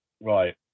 Right